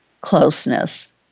closeness